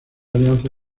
alianza